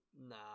nah